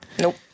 Nope